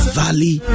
valley